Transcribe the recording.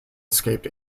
escaped